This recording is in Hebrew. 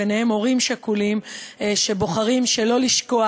גם בחירה של הורים שכולים שלא לשקוע